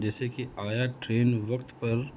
جیسے کہ آیا ٹرین وقت پر